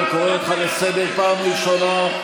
אני קורא אותך לסדר פעם ראשונה.